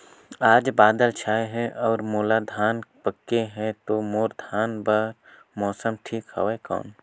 आज बादल छाय हे अउर मोर धान पके हे ता मोर धान बार मौसम ठीक हवय कौन?